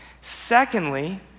Secondly